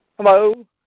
Hello